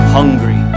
Hungry